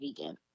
vegan